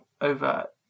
over